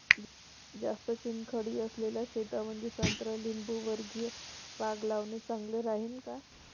जास्त चुनखडी असलेल्या शेतामंदी संत्रा लिंबूवर्गीय बाग लावणे चांगलं राहिन का?